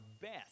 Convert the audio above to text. best